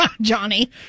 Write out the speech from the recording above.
Johnny